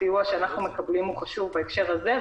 הסיוע שאנחנו מקבלים חשוב בהקשר הזה,